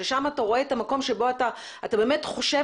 ששם אתה רואה את המקום שאתה באמת חושב